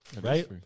right